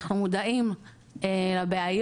אנחנו מודעים לבעיות,